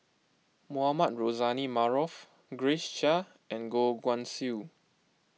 Mohamed Rozani Maarof Grace Chia and Goh Guan Siew